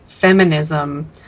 feminism